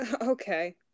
Okay